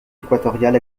équatoriale